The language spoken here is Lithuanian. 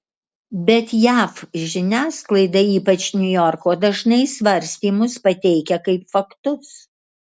bet jav žiniasklaida ypač niujorko dažnai svarstymus pateikia kaip faktus